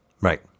Right